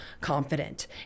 confident